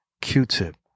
Q-Tip